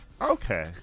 Okay